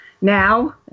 now